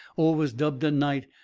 or was dubbed a night,